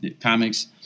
comics